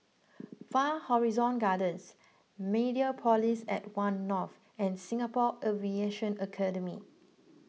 Far Horizon Gardens Mediapolis at one North and Singapore Aviation Academy